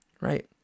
right